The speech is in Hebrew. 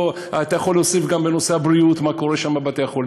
אתה יכול להוסיף גם בנושא הבריאות את מה קורה שם בבתי-החולים,